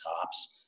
cops